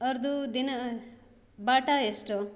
ಅವ್ರದ್ದೂ ದಿನ ಬಾಟ ಎಷ್ಟು